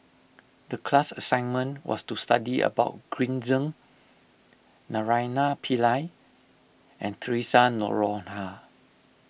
the class assignment was to study about Green Zeng Naraina Pillai and theresa Noronha